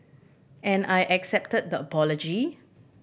and I accepted the apology